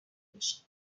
میشه